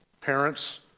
parents